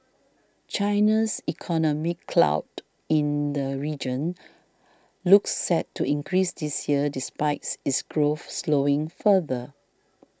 China's economic clout in the region looks set to increase this year despite its growth slowing further